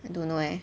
I don't know eh